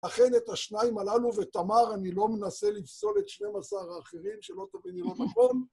אכן את השניים הללו, ותמר, אני לא מנסה לפסול את 12 האחרים של אוטו בנימון עקבון.